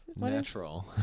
Natural